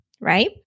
right